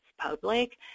public